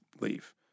leave